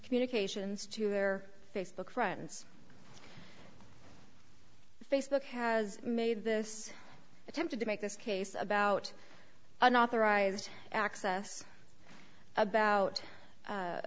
communications to their facebook friends facebook has made this attempted to make this case about unauthorized access about